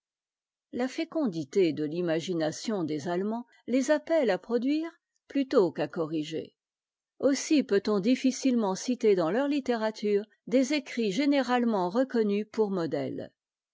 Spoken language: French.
la fécondité de l'imagination des allemands les appelle à produire plutôt qu'à corriger aussi peut-on difficilement citer dans leur littérature des écrits généralement reconnus pour modèles